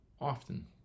often